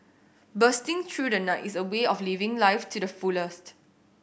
bursting through the night is a way of living life to the fullest